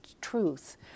truth